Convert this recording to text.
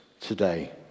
today